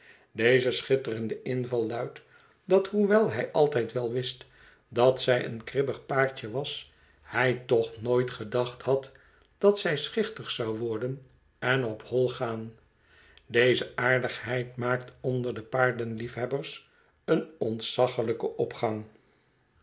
deze schitterende inval luidt dat hoewel hij altijd wel wist dat zij een kribbig paardje was hij toch nooit gedacht had dat zij schichtig zou worden en op hol gaan deze aardigheid maakt onder de paardenliefhebbers een ontzaglijken opgang